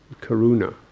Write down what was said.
karuna